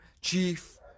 chief